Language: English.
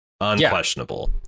unquestionable